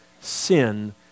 sin